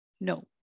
no